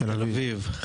תל אביב,